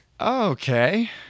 Okay